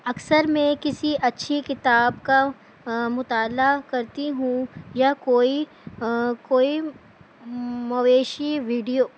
اکثر میں کسی اچھی کتاب کا مطالعہ کرتی ہوں یا کوئی کوئی مویشی ویڈیو